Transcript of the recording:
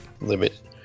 limit